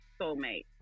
soulmate